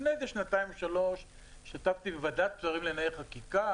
לפני שנתיים-שלוש השתתפתי בוועדת שרים לענייני חקיקה.